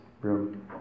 room